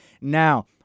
now